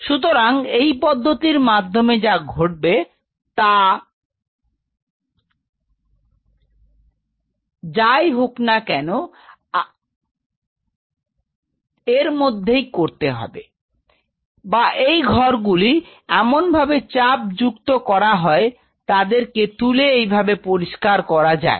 সুতরাং এই পদ্ধতির মাধ্যমে যা ঘটবে তা এর মধ্যেই করতে হবে Refer Time 1738 বা এই ঘর গুলি এমন ভাবে চাপ যুক্ত করা হয় যে তাদেরকে তুলে এই ভাবে পরিষ্কার করা যায়